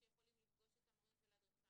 שיכולים לפגוש את המורים ולהדריך אותם.